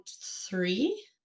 three